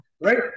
Right